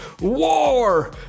War